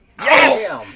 Yes